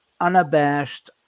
unabashed